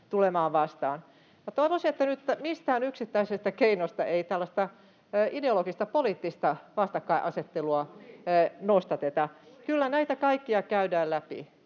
tulemaan vastaan. Toivoisin, että nyt mistään yksittäisestä keinosta ei tällaista ideologista, poliittista vastakkainasettelua nostateta. [Ben Zyskowicz: No